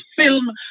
film